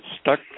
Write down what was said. stuck